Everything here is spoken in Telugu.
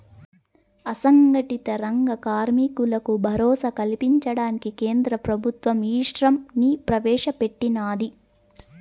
అసంగటిత రంగ కార్మికులకు భరోసా కల్పించడానికి కేంద్ర ప్రభుత్వం ఈశ్రమ్ ని ప్రవేశ పెట్టినాది